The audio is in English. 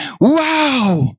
wow